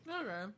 Okay